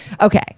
Okay